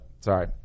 Sorry